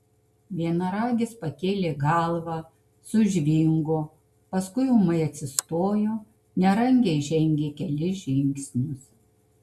vienaragis pakėlė galvą sužvingo paskui ūmai atsistojo nerangiai žengė kelis žingsnius